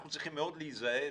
אנחנו צריכים מאוד להיזהר.